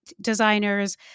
designers